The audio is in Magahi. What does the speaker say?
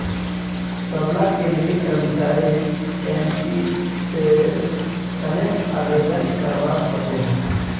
सबला केंद्रीय कर्मचारी एनपीएसेर तने आवेदन करवा सकोह